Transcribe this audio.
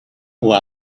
who